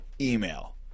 email